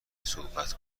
صحبت